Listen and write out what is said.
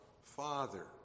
Father